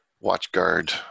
WatchGuard